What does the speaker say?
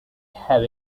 have